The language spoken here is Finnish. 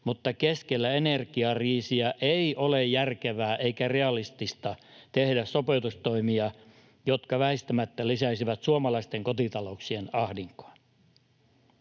mutta keskellä energiakriisiä ei ole järkevää eikä realistista tehdä sopeutustoimia, jotka väistämättä lisäisivät suomalaisten kotitalouksien ahdinkoa.